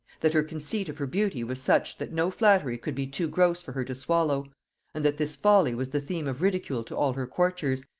that her conceit of her beauty was such, that no flattery could be too gross for her to swallow and that this folly was the theme of ridicule to all her courtiers,